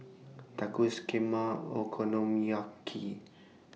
Tacos Kheema Okonomiyaki